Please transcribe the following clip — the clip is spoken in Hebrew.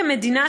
כמדינה,